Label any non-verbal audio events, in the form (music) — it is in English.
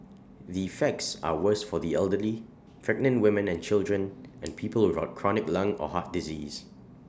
the effects are worse for the elderly pregnant women and children and people (unintelligible) chronic lung or heart disease